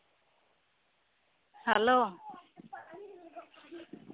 hello